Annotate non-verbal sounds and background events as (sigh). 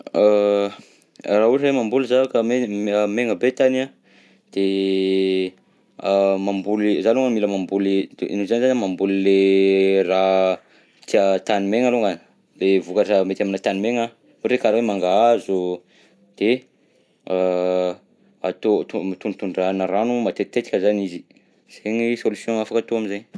(hesitation) Raha ohatra hoe mamboly zaho ka maigna, maigna be tany an, de mamboly, zaho loha mila mamboly, noho izany mila mamboly le raha tia tany maigna alongany, de vokatra mety aminà tany maigna ohatra hoe karaha hoe mangahazo, de (hesitation) atao to- tondratondrahana rano matetitetika zany izy, zegny solution afaka atao am'zegny.